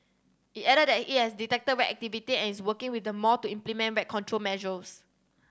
it added that it has detected rat activity and is working with the mall to implement rat control measures